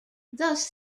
thus